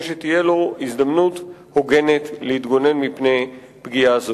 שתהיה לו הזדמנות הוגנת להתגונן מפני פגיעה זו.